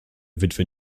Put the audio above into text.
witwe